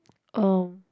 oh